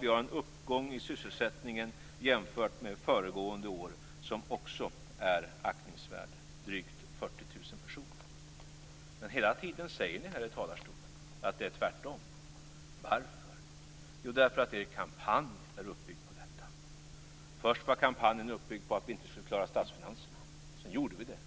Vi har en uppgång i sysselsättningen jämfört med föregående år som också är aktningsvärd, drygt 40 000 personer. Men hela tiden säger ni i talarstolen att det är tvärtom. Varför? Jo, därför att er kampanj är uppbyggd på detta. Först var kampanjen uppbyggd på att vi inte skulle klara statsfinanserna. Sedan gjorde vi det.